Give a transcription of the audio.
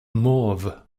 mauve